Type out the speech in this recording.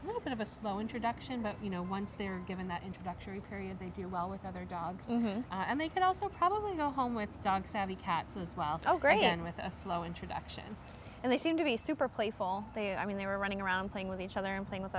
little bit of a slow introduction but you know once they're given that introductory period they do well with other dogs and they can also probably go home with dogs cats as well and with a slow introduction and they seem to be super playful they i mean they were running around playing with each other and playing with